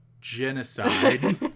genocide